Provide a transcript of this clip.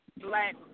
black